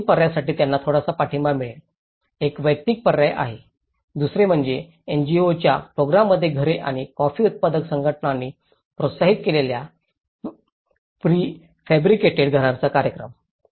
या 3 पर्यायांसाठी त्यांना थोडासा पाठिंबा मिळत आहे एक वैयक्तिक पर्याय आहे दुसरे म्हणजे एनजीओंच्या प्रोग्राममधील घरे आणि कॉफी उत्पादक संघटनांनी प्रोत्साहित केलेल्या प्रीफेब्रिकेटेड घरांचा कार्यक्रम